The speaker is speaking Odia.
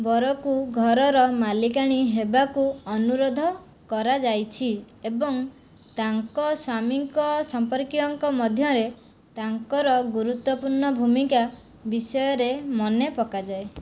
ବରକୁ ଘରର ମାଲିକାଣୀ ହେବାକୁ ଅନୁରୋଧ କରାଯାଇଛି ଏବଂ ତାଙ୍କ ସ୍ୱାମୀଙ୍କ ସମ୍ପର୍କୀୟଙ୍କ ମଧ୍ୟରେ ତାଙ୍କର ଗୁରୁତ୍ୱପୂର୍ଣ୍ଣ ଭୂମିକା ବିଷୟରେ ମନେ ପକାଯାଏ